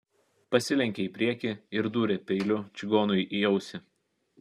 pasilenkė į priekį ir dūrė peiliu čigonui į ausį